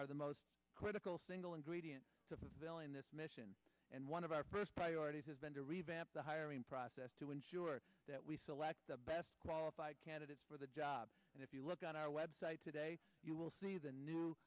are the most critical single ingredient to villa in this mission and one of our first priorities has been to revamp the hiring process to ensure that we select the best qualified candidates for the job and if you look on our web site today you will see the new